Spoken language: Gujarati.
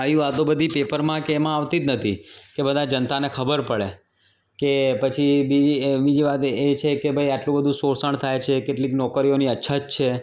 આવી વાતો બધી પેપરમાં કે એમાં આવતી જ નથી આવતી જ નથી કે બધા જનતાને ખબર પડે કે પછી બીજી વાત એ છે કે ભાઈ આટલું બધું શોષણ થાય છે કેટલીક નોકરીઓની અછત છે